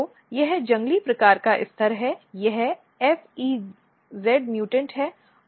तो यह जंगली प्रकार का स्तर है यह fez म्यूटेंट है और यह smb म्यूटेंट है